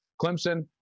Clemson